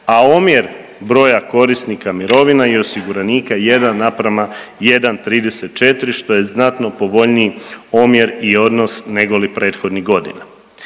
a omjer broja korisnika mirovina i osiguranika je 1:1,34 što je znatno povoljniji omjer i odnos negoli prethodnih godina.